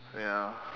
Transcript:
ya